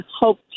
hope